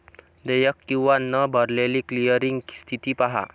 देयक किंवा न भरलेली क्लिअरिंग स्थिती पहा